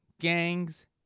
gangs